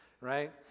right